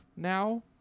now